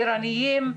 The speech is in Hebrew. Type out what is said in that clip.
ערניים,